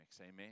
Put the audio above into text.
amen